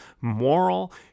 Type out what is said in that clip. moral